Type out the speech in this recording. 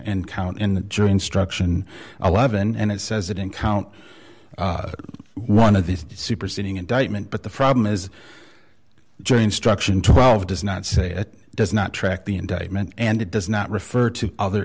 and count in the jury instruction eleven and it says it in count one of the superseding indictment but the problem is jane struction twelve does not say it does not track the indictment and it does not refer to other